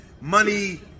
money